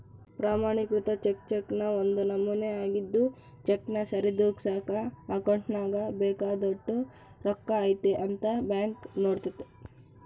ಪ್ರಮಾಣಿಕೃತ ಚೆಕ್ ಚೆಕ್ನ ಒಂದು ನಮೂನೆ ಆಗಿದ್ದು ಚೆಕ್ನ ಸರಿದೂಗ್ಸಕ ಅಕೌಂಟ್ನಾಗ ಬೇಕಾದೋಟು ರೊಕ್ಕ ಐತೆ ಅಂತ ಬ್ಯಾಂಕ್ ನೋಡ್ತತೆ